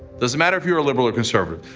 doesn't matter if you're liberal or conservative,